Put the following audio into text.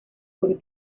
por